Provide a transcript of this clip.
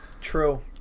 True